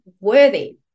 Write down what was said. worthy